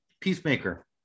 Peacemaker